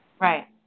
Right